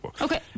Okay